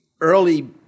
early